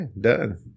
Done